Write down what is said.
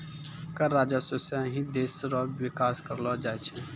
कर राजस्व सं ही देस रो बिकास करलो जाय छै